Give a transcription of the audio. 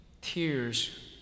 tears